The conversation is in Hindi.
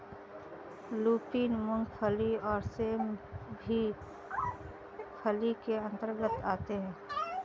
लूपिन, मूंगफली और सेम भी फली के अंतर्गत आते हैं